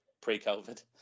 pre-covid